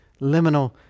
liminal